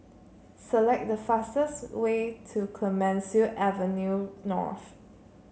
select the fastest way to Clemenceau Avenue North